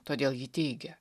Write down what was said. todėl ji teigia